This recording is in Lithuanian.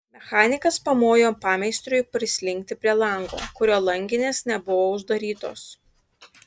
mechanikas pamojo pameistriui prislinkti prie lango kurio langinės nebuvo uždarytos